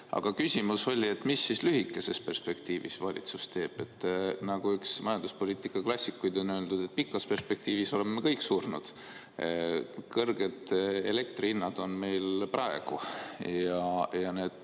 Aga küsimus oli, et mis siis valitsus lühikeses perspektiivis teeb. Nagu üks majanduspoliitika klassikuid on öelnud, et pikas perspektiivis oleme me kõik surnud. Kõrged elektrihinnad on meil praegu ja need